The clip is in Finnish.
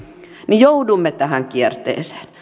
joudumme tähän kierteeseen